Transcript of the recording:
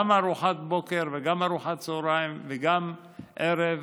גם ארוחת בוקר, גם ארוחת צוהריים, גם ערב,